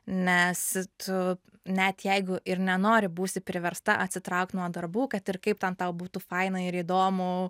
nes tu net jeigu ir nenori būsi priversta atsitraukt nuo darbų kad ir kaip ten tau būtų faina ir įdomu